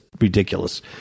ridiculous